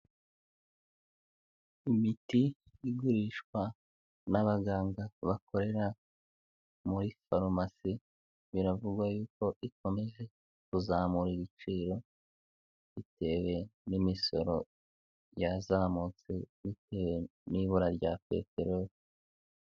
Imiti igurishwa n'abaganga bakorera muri farumasi, biravugwa yuko ikomeza kuzamura ibiciro bitewe n'imisoro byazamutse bitewe n'ibura rya peteroli.